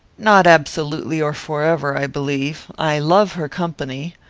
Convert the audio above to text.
not absolutely or forever, i believe. i love her company.